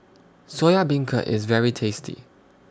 Soya Beancurd IS very tasty